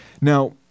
Now